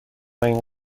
این